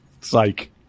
Psych